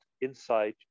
inside